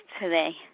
today